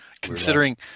Considering